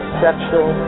sexual